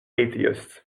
atheists